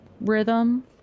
rhythm